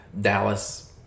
Dallas